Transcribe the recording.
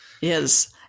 yes